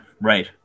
right